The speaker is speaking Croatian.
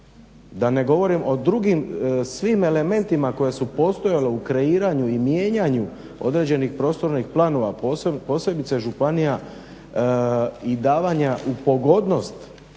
da ne govorim o drugim svim elementima koji su postojali u kreiranju i mijenjanju određenih prostornih planova, posebice županija i davanja u pogodnost